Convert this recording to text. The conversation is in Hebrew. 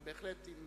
אבל בהחלט, אם